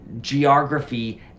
geography